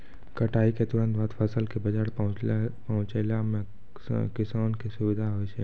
कटाई क तुरंत बाद फसल कॅ बाजार पहुंचैला सें किसान कॅ सुविधा होय छै